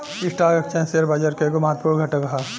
stock exchange share बाजार के एगो महत्वपूर्ण घटक ह